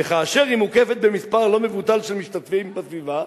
וכאשר היא מוקפת במספר לא מבוטל של משתתפים בסביבה",